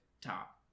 top